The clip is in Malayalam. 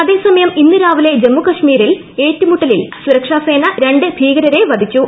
അതേസമയം ഇന്നു രാവിലെ ജമ്മുകശ്മീരിൽ ഏറ്റുമുട്ടലിൽ സുരക്ഷാസേന രണ്ട് ഭീകരരെ വധിച്ചു